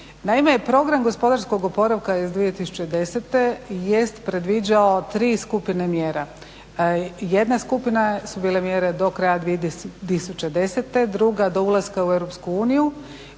Naime, program gospodarskog oporavka iz 2010.jest predviđao tri skupine mjera. Jedna skupine su bile mjere do kraja 2010., druga do ulaska u EU i